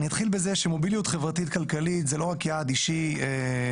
אני אתחיל מזה שמוביליות חברתית כלכלית זה לא רק יעד אישי מבחינתי,